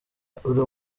uri